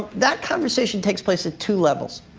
that conversation takes place at two levels.